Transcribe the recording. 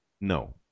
no